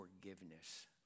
forgiveness